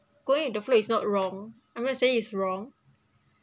going with the flow is not wrong I'm not saying it's wrong